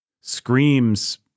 screams